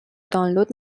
دانلود